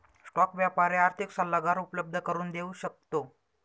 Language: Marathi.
स्टॉक व्यापारी आर्थिक सल्लागार उपलब्ध करून देऊ शकतो